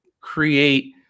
create